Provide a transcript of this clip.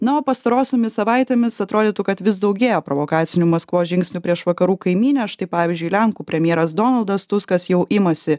na o pastarosiomis savaitėmis atrodytų kad vis daugėja provokacinių maskvos žingsnių prieš vakarų kaimynę štai pavyzdžiui lenkų premjeras donaldas tuskas jau imasi